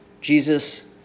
Jesus